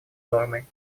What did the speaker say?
нормой